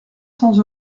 cents